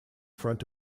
front